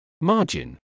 Margin